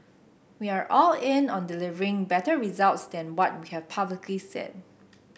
we are all in on delivering better results than what we have publicly said